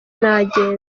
nagenda